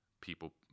people